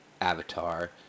Avatar